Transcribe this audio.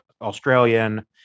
Australian